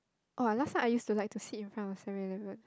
oh last time I used to like to sit in front of Seven Eleven